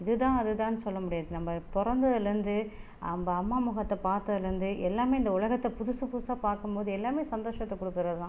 இது தான் அது தான்னு சொல்ல முடியாது நம்ம பிறந்ததுலேந்து நம்ம அம்மா முகத்தை பார்த்ததுலேருந்து எல்லாமே இந்த உலகத்தை புதுசு புதுசாக பார்க்கும் போது எல்லாமே சந்தோஷத்தை கொடுக்கிறது தான்